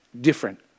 different